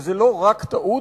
וזה לא רק טעות,